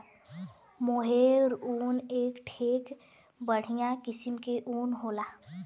मोहेर ऊन एक ठे बढ़िया किस्म के ऊन होला